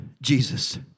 Jesus